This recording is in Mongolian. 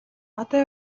одоо